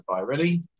Ready